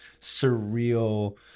surreal